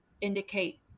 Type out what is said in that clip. indicate